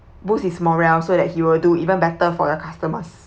boost his morale so that he will do even better for your customers